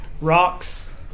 rocks